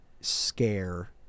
scare